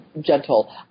gentle